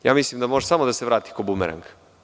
Ja mislim da može samo da se vrati ko bumerang.